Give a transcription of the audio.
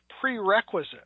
prerequisite